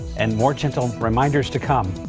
and more gentle reminders to come.